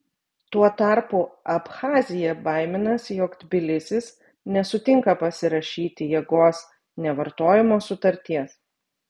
tuo tarpu abchazija baiminasi jog tbilisis nesutinka pasirašyti jėgos nevartojimo sutarties